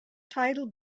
title